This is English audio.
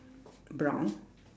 brown